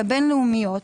הבין-לאומית,